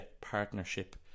partnership